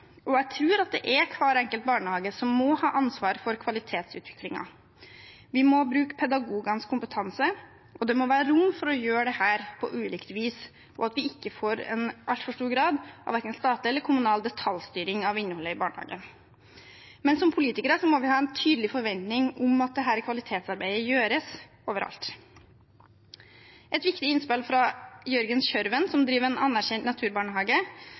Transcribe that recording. og jeg tror det er hver enkelt barnehage som må ha ansvar for kvalitetsutviklingen. Vi må bruke pedagogenes kompetanse, og det må være rom for å gjøre dette på ulikt vis, slik at vi ikke får en altfor stor grad av verken statlig eller kommunal detaljstyring av innholdet i barnehagen. Men som politikere må vi ha en tydelig forventning om at dette kvalitetsarbeidet gjøres overalt. Et viktig innspill fra Jørgen Kjørven, som driver en anerkjent naturbarnehage,